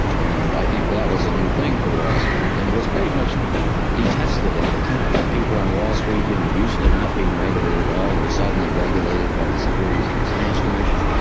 and i think that was a new thing for wall street, and it was pretty much detested at the time. the people on wall street, you know, used to not being regulated at all, were suddenly regulated by the securities and exchange commission,